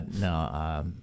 no